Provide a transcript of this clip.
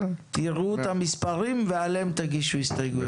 תראו את המספרים, ועליהם תגישו הסתייגויות.